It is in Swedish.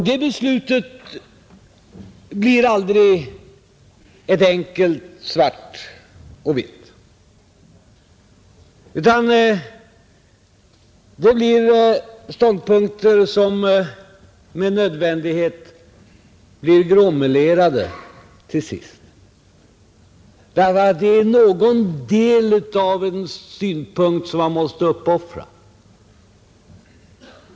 Det beslutet blir aldrig ett enkelt svart och vitt, utan det blir till sist ståndpunkter som med nödvändighet blir gråmelerade därför att det är någon del av en synpunkt som man måste uppoffra.